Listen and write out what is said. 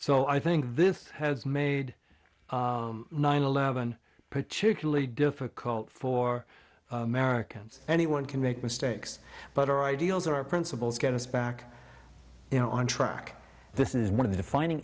so i think this has made nine eleven particularly difficult for americans anyone can make mistakes but our ideals or our principles get us back on track this is one of the defining